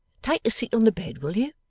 take a seat on the bed, will you?